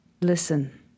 Listen